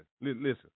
listen